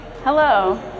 Hello